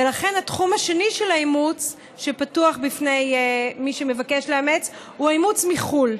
ולכן התחום השני של האימוץ שפתוח בפני מי שמבקש לאמץ הוא האימוץ מחו"ל.